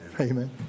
Amen